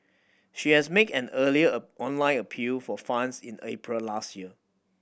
she has make an earlier a online appeal for funds in April last year